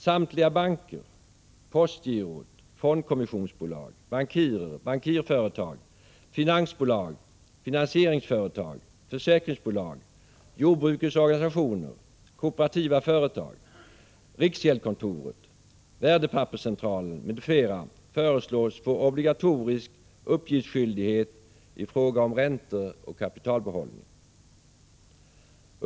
Samtliga banker, postgirot, fondkommissionsbolag, bankirer, bankirföretag, finansbolag, finansieringsföretag, försäkringsbolag, jordbrukets organisationer, kooperativa företag, riksgäldskontoret, värdepapperscentralen m.fl. föreslås få obligatorisk uppgiftsskyldighet i fråga om räntor och kapitalbehållning.